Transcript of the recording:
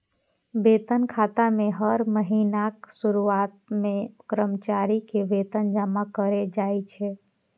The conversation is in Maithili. वेतन खाता मे हर महीनाक शुरुआत मे कर्मचारी के वेतन जमा कैल जाइ छै